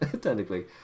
technically